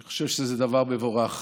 אני חושב שזה דבר מבורך.